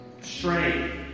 strength